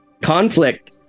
conflict